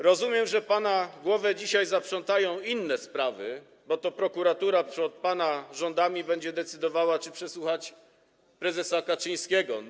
Rozumiem, że pana głowę dzisiaj zaprzątają inne sprawy, bo to prokuratura pod pana rządami będzie decydowała, czy przesłuchać prezesa Kaczyńskiego.